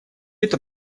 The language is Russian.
это